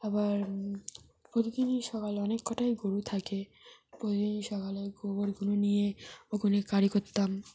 আবার প্রতিদিনই সকালে অনেককটাই গরু থাকে প্রতিদিনই সকালে গোবরগুলো নিয়ে ওখানে কাঁড়ি করতাম